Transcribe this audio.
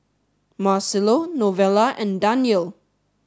Marcelo Novella and Danyel